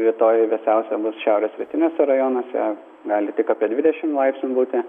rytoj vėsiausia bus šiaurės rytiniuose rajonuose gali tik apie dvidešim laipsnių būti